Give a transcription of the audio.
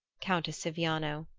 countess siviano,